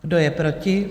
Kdo je proti?